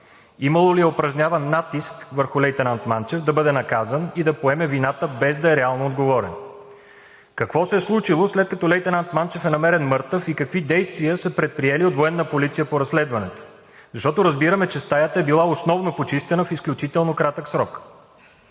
Имало ли е упражняван натиск върху лейтенант Манчев да бъде наказан и да поеме вината, без да е реално отговорен? Какво се е случило, след като лейтенант Манчев е намерен мъртъв и какви действия са предприели от „Военна полиция“ по разследването? Защото разбираме, че стаята е била основно почистена в изключително кратък срок.